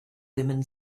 women